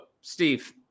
Steve